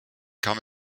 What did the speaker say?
kam